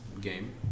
game